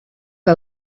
que